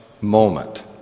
moment